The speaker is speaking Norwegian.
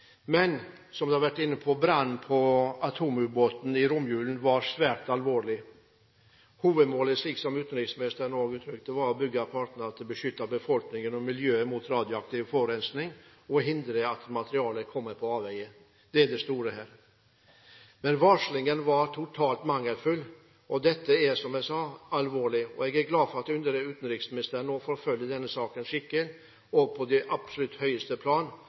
Som man har vært inne på, var brannen på atomubåten i romjulen svært alvorlig. Hovedmålet for begge parter – som også utenriksministeren ga uttrykk for – er å beskytte befolkningen og miljøet mot radioaktiv forurensning og hindre at materiale kommer på avveier. Det er det store her. Men varslingen var totalt mangelfull. Dette er, som jeg sa, alvorlig. Jeg er glad for at utenriksministeren nå forfølger denne saken og på absolutt høyeste plan,